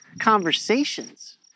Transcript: conversations